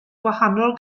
gwahanol